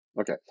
Okay